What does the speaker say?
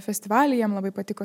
festivaly jie labai patiko